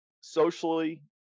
socially